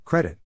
Credit